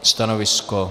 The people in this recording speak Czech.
Stanovisko?